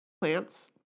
plants